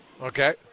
Okay